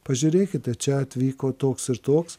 pažiūrėkite čia atvyko toks ir toks